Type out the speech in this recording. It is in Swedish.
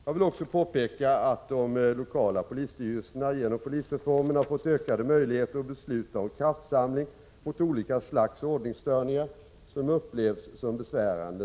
Jag vill också påpeka att de lokala polisstyrelserna genom polisreformen har fått ökad möjlighet att besluta om kraftsamling mot olika slags ordningsstörningar som upplevs som besvärande.